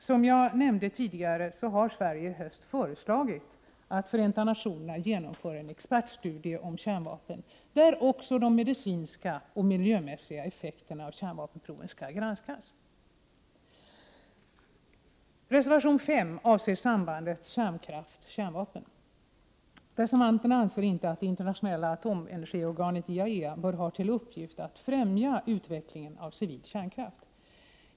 Som jag nämnde tidigare har Sverige i höst föreslagit att FN skall genomföra en expertstudie om kärnvapen där också de medicinska och miljömässiga effekterna av kärnvapenproven skall granskas. Reservanterna anser inte att det internationella atomenergiorganet, IAEA, bör ha till uppgift att främja utvecklingen av civil kärnkraft.